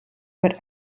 mit